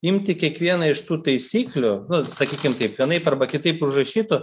imti kiekvieną iš tų taisyklių nu sakykim taip vienaip arba kitaip užrašytų